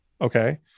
Okay